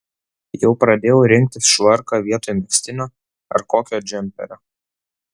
jau pradėjau rinktis švarką vietoj megztinio ar kokio džemperio